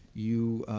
you